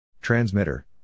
Transmitter